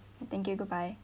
thank you goodbye